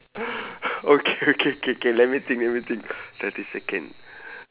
okay okay K K let me think let me think thirty second